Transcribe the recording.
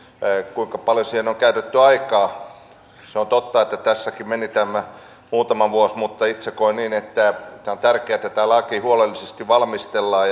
kuinka paljon lainvalmisteluun on käytetty aikaa se on totta että tässäkin meni tämä muutama vuosi mutta itse koen niin että on tärkeätä että tämä laki huolellisesti valmistellaan